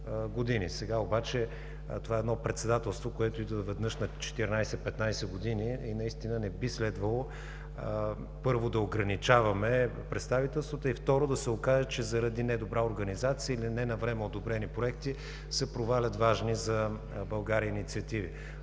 Сега обаче това е едно председателство, което идва веднъж на 14-15 години и наистина не би следвало, първо, да ограничаваме представителството и, второ, да се окаже, че заради недобра организация или ненавреме одобрени проекти се провалят важни за България инициативи.